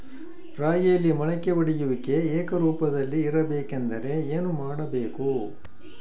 ರಾಗಿಯಲ್ಲಿ ಮೊಳಕೆ ಒಡೆಯುವಿಕೆ ಏಕರೂಪದಲ್ಲಿ ಇರಬೇಕೆಂದರೆ ಏನು ಮಾಡಬೇಕು?